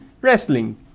Wrestling